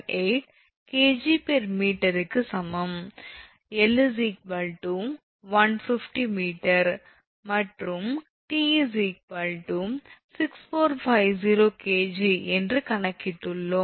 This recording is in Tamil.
078 𝐾𝑔m க்கு சமம் 𝐿 150 𝑚 மற்றும் 𝑇 6450 𝐾𝑔 என்று கணக்கிட்டுள்ளோம்